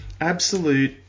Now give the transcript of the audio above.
Absolute